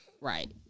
Right